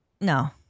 no